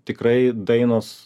tikrai dainos